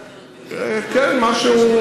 כן, משהו.